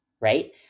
right